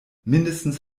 mindestens